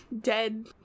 dead